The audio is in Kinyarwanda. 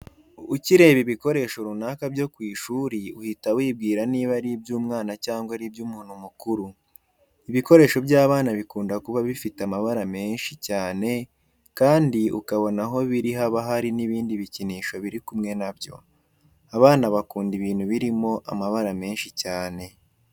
Ukireba ibikoresho runaka byo ku ishuri uhita wibwira niba ari iby'umwana cyangwa ari iby'umuntu mukuru. Ibikoresho by'abana bikunda kuba bifite amabara menshi cyane kandi ukabona aho biri haba hari n'ibindi bikinisho biri kumwe na byo. Abana bakunda ibintu birimo amabara menshi cyane.